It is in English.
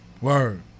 Word